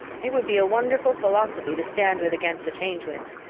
it would be a wonderful philosophy to stand with against the change winds.